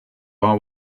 are